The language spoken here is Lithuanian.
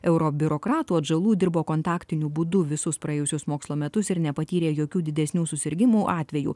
euro biurokratų atžalų dirbo kontaktiniu būdu visus praėjusius mokslo metus ir nepatyrė jokių didesnių susirgimų atvejų